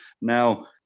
now